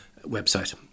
website